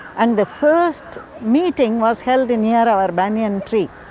and the first meeting was held and near our banyan tree.